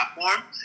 platform